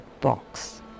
box